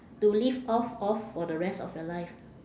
to live off of for the rest of your life